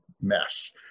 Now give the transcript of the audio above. mess